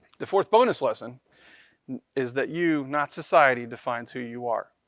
the fourth bonus lesson is that you, not society, defines who you are.